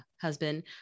husband